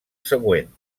següent